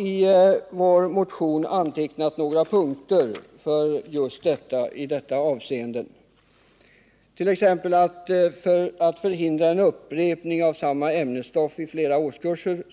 I vår motion har vi noterat ett par punkter i detta avseende, t.ex. att nya anvisningar bör utarbetas för att förhindra en upprepning av samma ämnesstoff i flera årskurser.